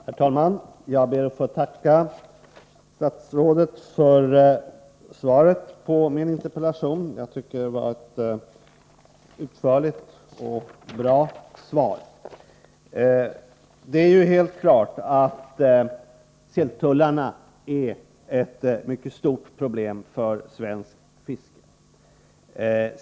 Herr talman! Jag ber att få tacka statsrådet för svaret på min interpellation. Jag tycker att det var ett utförligt och bra svar. Det är helt klart att silltullarna utgör ett mycket stort problem för svenskt fiske.